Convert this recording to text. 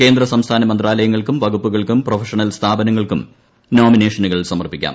കേന്ദ്ര സംസ്ഥാന മന്ത്രാലയങ്ങൾക്കും വകുപ്പുകൾക്കും പ്രൊഫ ഷണൽ സ്ഥാപനങ്ങൾക്കും നോമിനേഷനുകൾ സമർപ്പിക്കാം